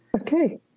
Okay